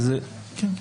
בבקשה.